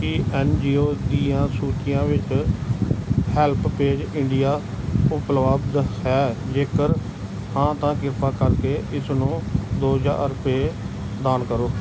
ਕੀ N G O ਦੀਆਂ ਸੂਚੀਆਂ ਵਿੱਚ ਹੈਲਪ ਪੇਜ ਇੰਡੀਆ ਉਪਲੱਬਧ ਹੈ ਜੇਕਰ ਹਾਂ ਤਾਂ ਕਿਰਪਾ ਕਰਕੇ ਇਸ ਨੂੰ ਦੋ ਹਜ਼ਾਰ ਰੁਪਏ ਦਾਨ ਕਰੋ